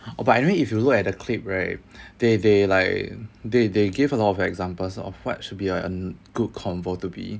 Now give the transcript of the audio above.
oh but anyway if you look at the clip right they they like they they gave a lot of examples of what should be a good convo to be